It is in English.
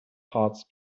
hearts